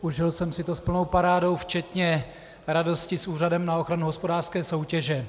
Užil jsem si to s plnou parádou včetně radosti s Úřadem na ochranu hospodářské soutěže.